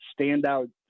standout